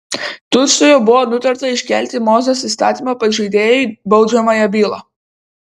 tučtuojau buvo nutarta iškelti mozės įstatymo pažeidėjui baudžiamąją bylą